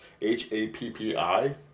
H-A-P-P-I